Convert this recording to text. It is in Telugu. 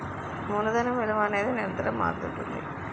మూలధనం విలువ అనేది నిరంతరం మారుతుంటుంది